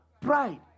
Pride